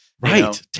right